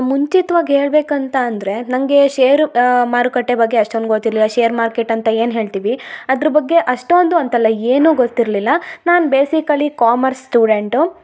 ಮುಂಚಿತ್ವಾಗಿ ಹೇಳಬೇಕಂತ ಅಂದರೆ ನನಗೆ ಶೇರು ಮಾರುಕಟ್ಟೆ ಬಗ್ಗೆ ಅಷ್ಟೊಂದು ಗೊತ್ತಿರಲಿಲ್ಲ ಶೇರ್ ಮಾರ್ಕೆಟ್ ಅಂತ ಏನು ಹೇಳ್ತೀವಿ ಅದ್ರ ಬಗ್ಗೆ ಅಷ್ಟೊಂದು ಅಂತಲ್ಲ ಏನು ಗೊತ್ತಿರಲಿಲ್ಲ ನಾನು ಬೇಸಿಕಲಿ ಕಾಮರ್ಸ್ ಸ್ಟೂಡೆಂಟು